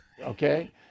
Okay